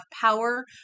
power